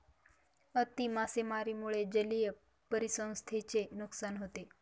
अति मासेमारीमुळे जलीय परिसंस्थेचे नुकसान होते